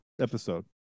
episode